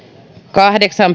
kahdeksan